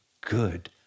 good